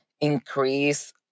Increase